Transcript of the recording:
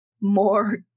more